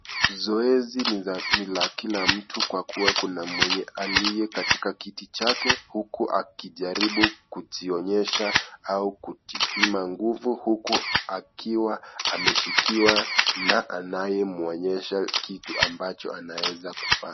Zoezi ni la kila mtu kwa kuwa mwenye aliyekatika kiti chake huku akijaribu kujionyesha au kujipima nguvu huku akiwa ameshikiwa na anayemwoneysha kitu ambacho anawezakufanya.